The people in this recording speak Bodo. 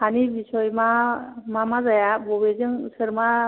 हानि बिसय मा मा मा जाया बबेजों सोर मा